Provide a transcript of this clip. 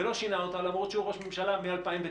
ולא שינה אותה למרות שהוא ראש ממשלה מ-2009.